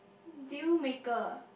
deal maker